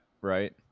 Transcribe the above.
right